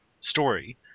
story